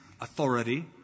authority